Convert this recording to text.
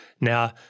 Now